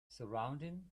surrounding